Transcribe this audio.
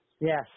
Yes